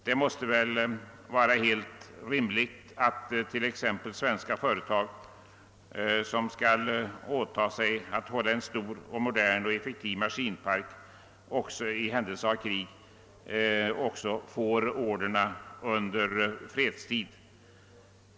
Det måste vara helt rimligt att svenska företag som skall åta sig att hålla en stor, modern och effektiv maskinpark i händelse av krig får orderna också under fredstid.